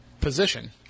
position